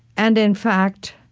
and in fact,